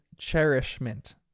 cherishment